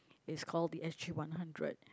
it's called the s_g one hundred